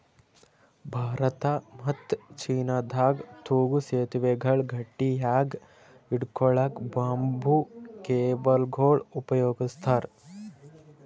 ಭಾರತ ಮತ್ತ್ ಚೀನಾದಾಗ್ ತೂಗೂ ಸೆತುವೆಗಳ್ ಗಟ್ಟಿಯಾಗ್ ಹಿಡ್ಕೊಳಕ್ಕ್ ಬಂಬೂ ಕೇಬಲ್ಗೊಳ್ ಉಪಯೋಗಸ್ತಾರ್